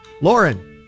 Lauren